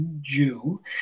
Jew